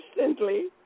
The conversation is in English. instantly